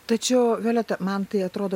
tačiau violeta man tai atrodo